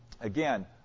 Again